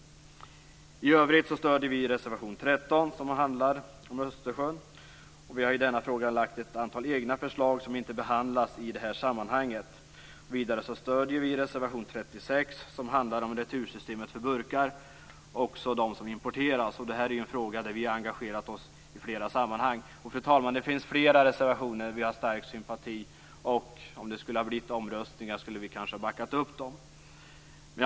I övrigt stöder vi reservation 13, som handlar om Östersjön. Vidare stöder vi reservation 36, som handlar om retursystemet för burkar, också de som importeras. Detta är en fråga som vi i flera sammanhang har engagerat oss i. Fru talman! Det finns flera reservationer som vi har stark sympati för, och om det hade blivit omröstningar om dem skulle vi kanske ha backat upp dem.